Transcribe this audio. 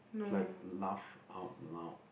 it's like laugh out loud